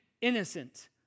innocent